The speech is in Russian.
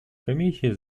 комиссии